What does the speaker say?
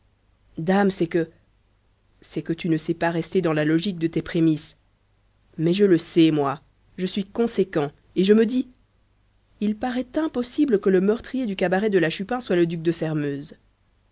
dame c'est que c'est que tu ne sais pas rester dans la logique de tes prémices mais je le sais moi je suis conséquent et je me dis il parait impossible que le meurtrier du cabaret de la chupin soit le duc de sairmeuse